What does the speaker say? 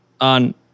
on